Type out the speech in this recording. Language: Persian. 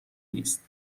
نیست